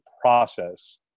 process